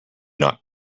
not